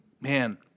Man